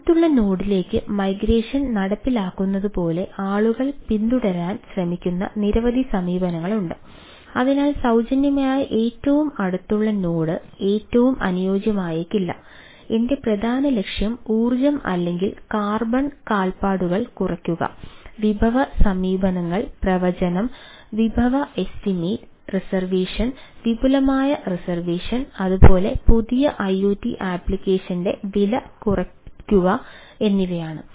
അടുത്തുള്ള നോഡിലേക്ക് വില കുറയ്ക്കുക എന്നിവയാണ്